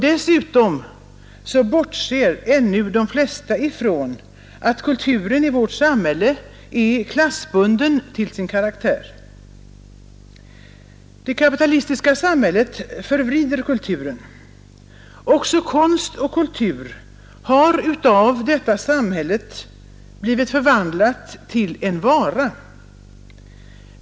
Dessutom bortser ännu de flesta ifrån att kulturen i vårt samhälle är klassbunden till sin karaktär. Det kapitalistiska samhället förvrider kulturen. Också konst och kultur har av detta samhälle förvandlats till en vara.